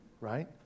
right